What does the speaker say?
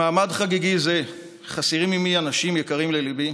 במעמד חגיגי זה חסרים עימי אנשים יקרים לליבי,